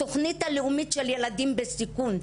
התוכנית הלאומית של ילדים בסיכון.